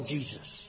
Jesus